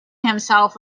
himself